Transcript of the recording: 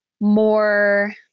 more